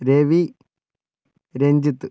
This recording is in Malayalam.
രവി രഞ്ജിത്ത്